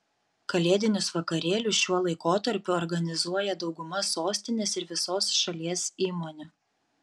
kalėdinius vakarėlius šiuo laikotarpiu organizuoja dauguma sostinės ir visos šalies įmonių